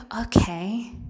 okay